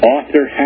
Author